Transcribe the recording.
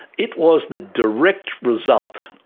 it was the direct result,